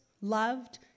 loved